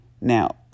now